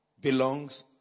belongs